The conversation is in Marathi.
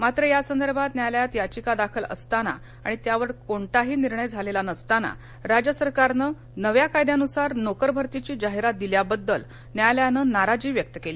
मात्र या संदर्भात न्यायालयात याचिका दाखल असताना आणि त्यावर कोणताही निर्णय झाला नसताना राज्य सरकारनं नव्या कायद्यानुसार नोकरभरतीची जाहिरात दिल्याबद्दल न्यायालयानं नाराजी व्यक्त केली